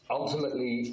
ultimately